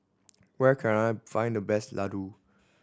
where can I find the best laddu